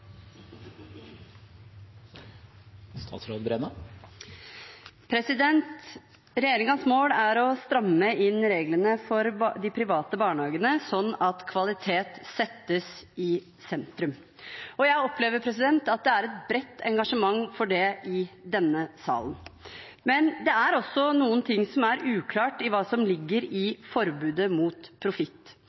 å stramme inn reglene for de private barnehagene, slik at kvalitet settes i sentrum. Jeg opplever at det er et bredt engasjement for det i denne salen. Men det er også noe som er uklart når det gjelder hva som ligger i forbudet mot profitt.